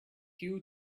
you